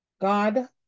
God